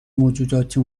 موجوداتی